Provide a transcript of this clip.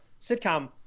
sitcom